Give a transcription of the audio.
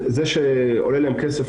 זה שעולה כסף